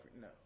No